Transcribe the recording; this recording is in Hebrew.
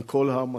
עם כל המטלות,